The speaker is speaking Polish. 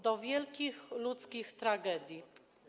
Do wielkich ludzkich tragedii.